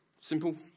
Simple